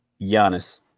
Giannis